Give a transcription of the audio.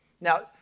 Now